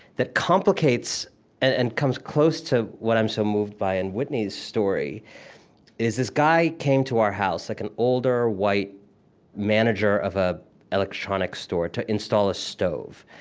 that complicates and comes close to what i'm so moved by in whitney's story is, this guy came to our house, like an older, white manager of an electronics store, to install a stove.